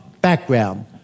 background